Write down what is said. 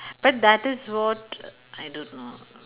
but that is what I don't know